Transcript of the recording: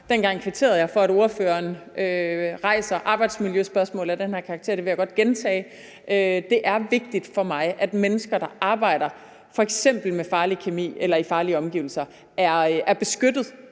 Dengang kvitterede jeg for, at ordføreren rejser arbejdsmiljøspørgsmål af den her karakter. Det vil jeg godt gentage. Det er vigtigt for mig, at mennesker, der f.eks. arbejder med farlig kemi eller i farlige omgivelser, er beskyttet